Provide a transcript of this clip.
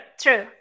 True